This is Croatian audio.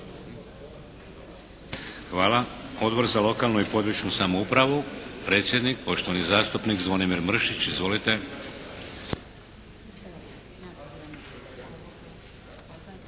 Hvala. Odbor za lokalnu i područnu samoupravu, predsjednik, poštovani zastupnik Zvonimir Mršić. Izvolite.